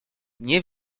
nie